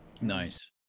Nice